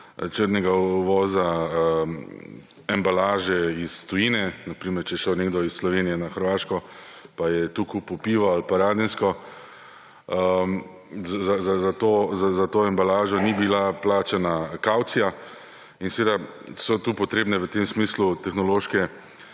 črnega uvoza embalaže iz tujine. Na primer, če je šel nekdo iz Slovenije na Hrvaško, pa je tu kupil pivo ali pa Radensko, za to embalažo ni bila plačana kavcija in seveda so tu potrebne v tem smislu tehnološke